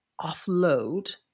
offload